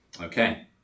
Okay